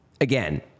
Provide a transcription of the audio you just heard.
again